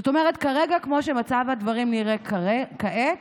זאת אומרת, כמו שמצב הדברים נראה כעת,